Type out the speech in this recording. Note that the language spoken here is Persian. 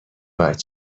باید